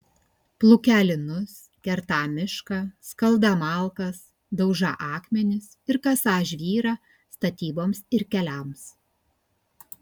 plūkią linus kertą mišką skaldą malkas daužą akmenis ir kasą žvyrą statyboms ir keliams